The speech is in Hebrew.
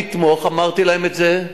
אני אתמוך, אמרתי להם את זה,